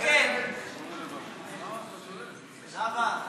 ההסתייגות של חברי הכנסת אלעזר